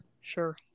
Sure